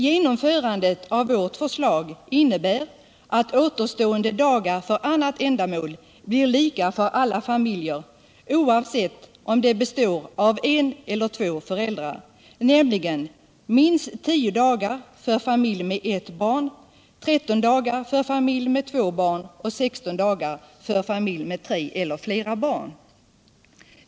Genomförandet av vårt förslag innebär att återstående dagar för annat ändamål blir lika för alla familjer, oavsett om de består av en eller två föräldrar, nämligen minst 10 dagar för familj med ett barn, 13 dagar för familj med två barn och 16 dagar för familj med tre eller flera barn.